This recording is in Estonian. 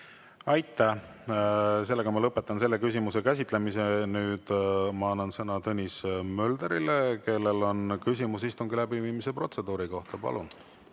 Aitäh! Ma lõpetan selle küsimuse käsitlemise. Annan sõna Tõnis Möldrile, kellel on küsimus istungi läbiviimise protseduuri kohta. Palun!